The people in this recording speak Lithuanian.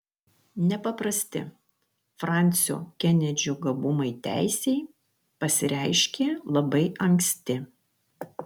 nepaprasti fransio kenedžio gabumai teisei pasireiškė labai anksti